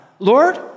Lord